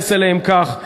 להתייחס אליהם כך,